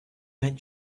had